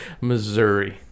Missouri